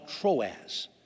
Troas